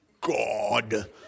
God